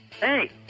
Hey